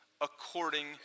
according